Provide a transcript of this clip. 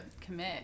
commit